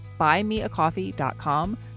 buymeacoffee.com